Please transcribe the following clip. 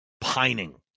pining